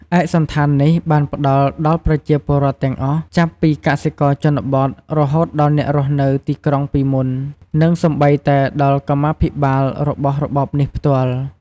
ឯកសណ្ឋាននេះបានផ្តល់ដល់ប្រជាពលរដ្ឋទាំងអស់ ចាប់ពីកសិករជនបទ រហូតដល់អ្នករស់នៅទីក្រុងពីមុន និងសូម្បីតែដល់កម្មាភិបាលរបស់របបនេះផ្ទាល់។